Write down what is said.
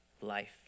life